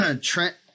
Trent